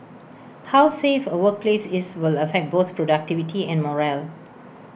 how safe A workplace is will affect both productivity and morale